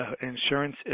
insurance